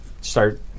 start